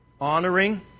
Honoring